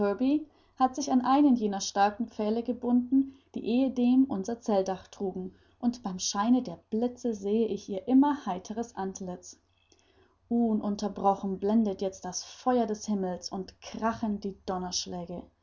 hat sich an einen jener starken pfähle gebunden die ehedem unser zeltdach trugen und beim scheine der blitze sehe ich ihr immer heiteres antlitz ununterbrochen blendet jetzt das feuer des himmels und krachen die